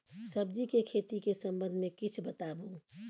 सब्जी के खेती के संबंध मे किछ बताबू?